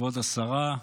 כבוד השרה,